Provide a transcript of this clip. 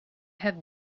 have